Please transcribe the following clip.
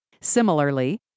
Similarly